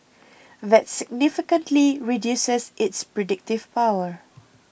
that significantly reduces its predictive power